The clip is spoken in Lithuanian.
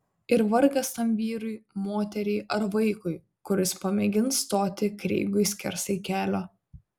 ir vargas tam vyrui moteriai ar vaikui kuris pamėgins stoti kreigui skersai kelio